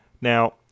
now